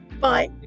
bye